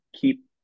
keep